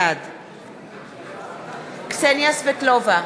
בעד קסניה סבטלובה,